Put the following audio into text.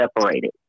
separated